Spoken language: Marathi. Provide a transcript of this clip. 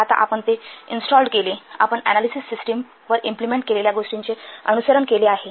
आता आपण जे इंस्टॉलड केले आपण अनालिसिस सिस्टीमवर इम्पलिमेन्ट केलेल्या गोष्टींचे अनुसरण केले आहे